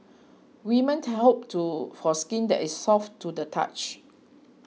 women hope for skin that is soft to the touch